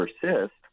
persist